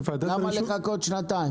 למה לחכות שנתיים?